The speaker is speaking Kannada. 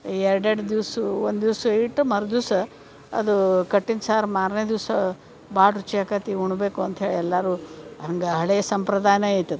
ಎರಡು ಎರಡು ದಿವ್ಸು ಒಂದು ದಿವ್ಸ ಇಟ್ಟು ಮರ್ದಿವಸ ಅದು ಕಟ್ಟಿನ ಸಾರು ಮಾರನೇ ದಿವಸ ಭಾಳ ರುಚಿ ಆಕ್ಕೆತಿ ಉಣ್ಬೇಕು ಅಂತ್ಹೇಳಿ ಎಲ್ಲಾರು ಹಂಗೆ ಹಳೇ ಸಂಪ್ರದಾಯನ ಐತಿ